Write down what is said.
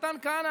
מתן כהנא,